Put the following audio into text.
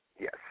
Yes